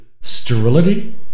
sterility